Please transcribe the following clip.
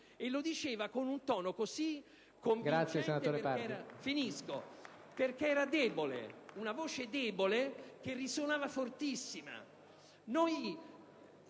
Lo diceva con un tono così convincente perché era una voce debole che risuonava fortissima.